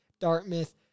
Dartmouth